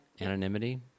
Anonymity